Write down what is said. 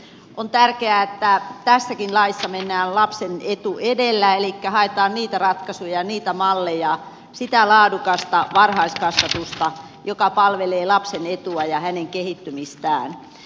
on tärkeää että tässäkin laissa mennään lapsen etu edellä elikkä haetaan niitä ratkaisuja ja niitä malleja jotka palvelevat lapsen etua ja hänen kehittymistään sitä laadukasta varhaiskasvatusta